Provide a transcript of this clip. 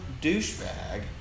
douchebag